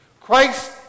Christ